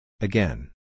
Again